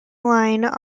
line